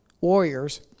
warriors